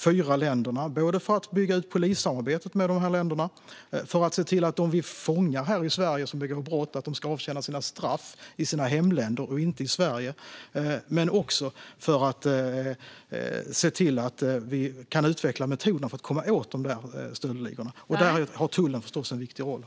Vi jobbar med att bygga ut polissamarbetet, med att se till att de brottslingar vi fångar här i Sverige ska avtjäna straffen i sina hemländer och inte i Sverige samt med att se till att utveckla metoderna för att komma åt stöldligorna. Där har tullen förstås en viktig roll.